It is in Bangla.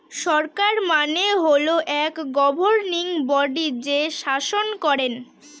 সরকার মানে হল এক গভর্নিং বডি যে শাসন করেন